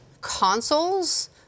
consoles